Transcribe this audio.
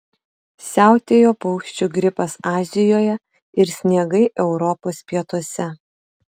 siautėjo paukščių gripas azijoje ir sniegai europos pietuose